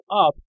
up